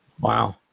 Wow